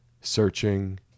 Searching